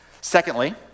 Secondly